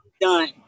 Done